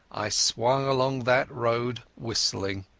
i swung along that road whistling.